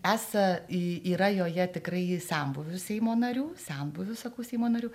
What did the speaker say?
esą yra joje tikrai senbuvių seimo narių senbuvių sakau seimo narių